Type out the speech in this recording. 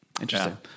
Interesting